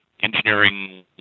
engineering